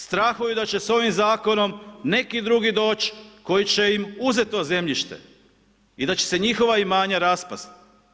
Strahuju da će s ovim Zakonom neki drugi doći, koji će im uzeti to zemljište i da će se njihova imanja raspasti.